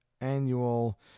annual